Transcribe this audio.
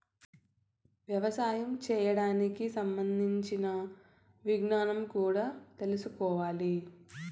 యవసాయం చేయడానికి సంబంధించిన విజ్ఞానం కూడా తెల్సుకోవాలి